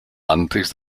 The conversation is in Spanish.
antes